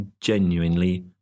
genuinely